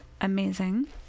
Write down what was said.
amazing